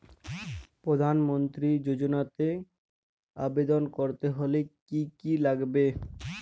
প্রধান মন্ত্রী যোজনাতে আবেদন করতে হলে কি কী লাগবে?